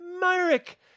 Myrick